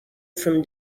from